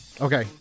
Okay